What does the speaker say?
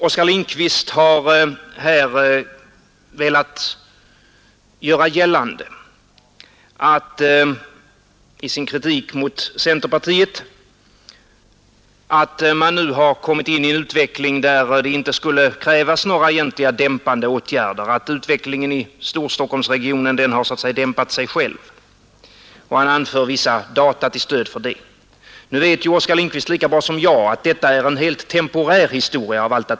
Oskar Lindkvist har här velat göra gällande i sin kritik mot centerpartiet att man nu har kommit in i en utveckling där det inte skulle krävas några egentliga dämpande åtgärder, att utvecklingen i Storstockholmsregionen så att säga dämpat sig själv, och han anförde vissa data till stöd för det påståendet. Nu vet ju Oskar Lindkvist lika bra som jag att detta av allt att döma är en temporär historia.